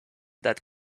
that